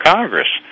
Congress